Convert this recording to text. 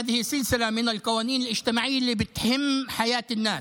זו סדרה של חוקים חברתיים אשר חשובים לחיי האנשים.